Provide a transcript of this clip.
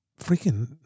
freaking